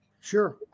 Sure